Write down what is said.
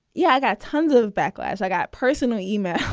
yeah, i got tons of backlash. i got personal emails.